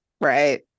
right